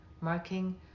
marking